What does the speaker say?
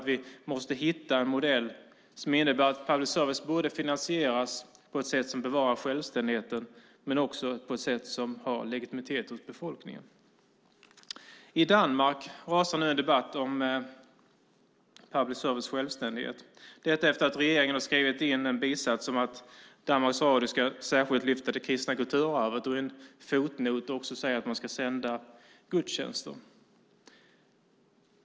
Vi måste hitta en modell som innebär att public service-verksamheten finansieras på ett sätt som bevarar självständigheten och som befolkningen finner legitim. I Danmark rasar nu en debatt om public service-företagens självständighet. Det är efter det att regeringen har skrivit in en bisats om att Danmarks radio särskilt ska lyfta fram det kristna kulturarvet och i en fotnot säger att gudstjänster ska sändas.